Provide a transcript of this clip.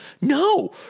No